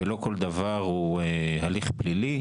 ולא כל דבר הוא הליך פלילי.